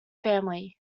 family